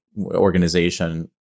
organization